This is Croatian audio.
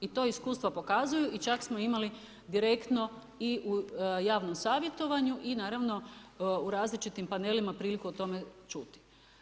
I to iskustva pokazuju i čak smo imali direktno i u javnom savjetovanju i naravno, u različitim panelima priliku o tome čuti.